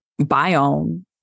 biome